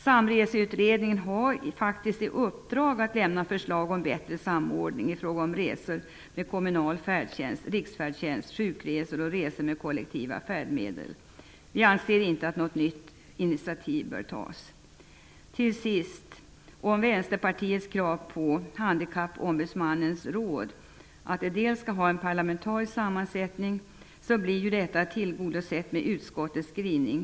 Samreseutredningen har i uppdrag att lämna förslag om bättre samordning i fråga om resor med kommunal färdtjänst, riksfärdtjänst, sjukresor och resor med kollektiva färdmedel. Vi anser inte att något nytt initiativ bör tas. Handikappombudsmannens råd skall ha en parlamentarisk sammansättning. Detta tillgodoses genom utskottets skrivning.